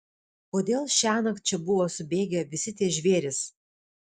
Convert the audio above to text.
kodėl šiąnakt čia buvo subėgę visi tie žvėrys